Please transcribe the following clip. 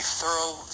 thorough